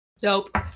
Dope